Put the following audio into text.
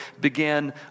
began